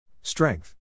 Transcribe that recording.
Strength